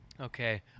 Okay